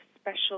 special